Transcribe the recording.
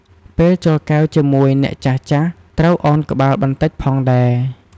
ពេលជល់កែវជាមួយអ្នកចាស់ៗ ត្រូវឳនក្បាលបន្តិចផងដែរ។